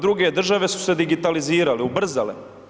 Druge države su se digitalizirale, ubrzale.